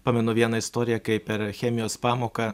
pamenu vieną istoriją kai per chemijos pamoką